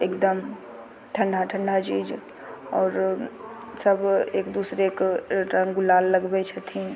एकदम ठण्डा ठण्डा चीज आओर सब एक दूसराके रङ्ग गुलाल लगबै छथिन